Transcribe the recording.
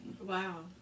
Wow